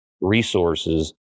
resources